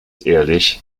ehrlich